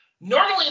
normally